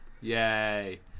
Yay